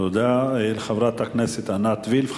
תודה לחברת הכנסת עינת וילף.